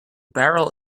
barrel